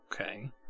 Okay